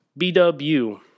BW